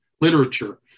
literature